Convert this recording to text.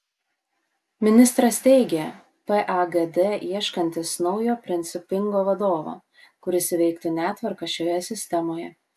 ministras teigia pagd ieškantis naujo principingo vadovo kuris įveiktų netvarką šioje sistemoje